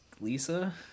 lisa